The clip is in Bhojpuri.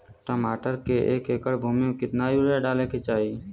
टमाटर के एक एकड़ भूमि मे कितना यूरिया डाले के चाही?